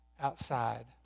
outside